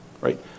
right